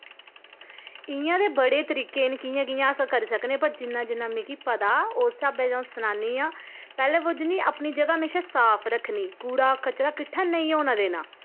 इ'यां ते बड़े तरीके न कियां कियां अस करी सकने आ पर जिन्ना जिन्ना मिगी पता उस स्हाबै सनानी आ पैह्ले बुजनी अपनी जगह् बिलकुल साफ़ रक्खनी कूड़ा कचरा किट्ठा नेईं होना देना